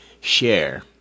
share